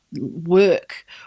work